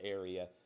area